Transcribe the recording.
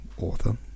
author